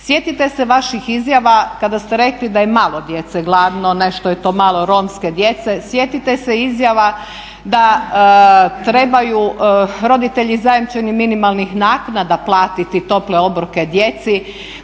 Sjetite se vaših izjava kada ste rekli da je malo djece gladno, nešto je to malo romske djece. Sjetite se izjava da trebaju roditelji zajamčenih minimalnih naknada platiti tople obroke djeci.